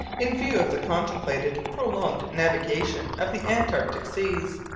in view of the contemplated prolonged navigation of the antarctic seas.